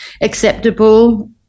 acceptable